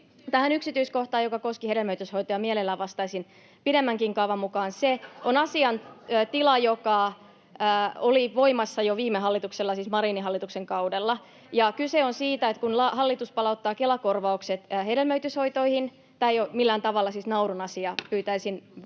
Tähän yksityiskohtaan, joka koski hedelmöityshoitoja, mielelläni vastaisin pidemmänkin kaavan mukaan. Se on asiantila, joka oli voimassa jo viime hallituksella, siis Marinin hallituksen kaudella, ja kyse on siitä, että kun hallitus palauttaa Kela-korvaukset hedelmöityshoitoihin [Naurua vasemmalta] — tämä ei ole millään tavalla siis naurun asia, ja pyytäisin vakavoitumaan